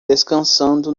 descansando